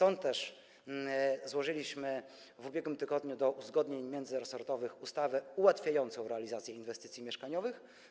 Dlatego też skierowaliśmy w ubiegłym tygodniu do uzgodnień międzyresortowych ustawę ułatwiającą realizację inwestycji mieszkaniowych.